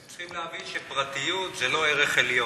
הם צריכים להבין שפרטיות זה לא ערך עליון.